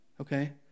Okay